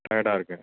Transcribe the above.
டயர்டாக இருக்குது